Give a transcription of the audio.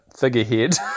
figurehead